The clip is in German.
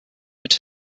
mit